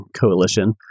Coalition